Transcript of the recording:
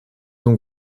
ont